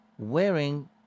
...wearing